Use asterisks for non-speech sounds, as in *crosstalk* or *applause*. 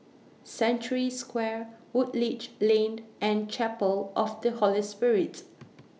Century Square Woodleigh Lane *noise* and Chapel of The Holy Spirit